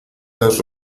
las